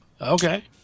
Okay